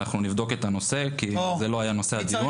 אנחנו נבדוק את הנושא כי זה לא היה נושא הדיון.